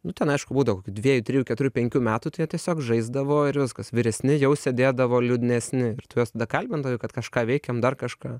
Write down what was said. nu ten aišku būdavo kokių dviejų trijų keturių penkių metų tai jie tiesiog žaisdavo ir viskas vyresni jau sėdėdavo liūdnesni ir tu juos kalbindavai kad kažką veikiam dar kažką